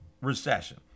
recession